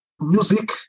music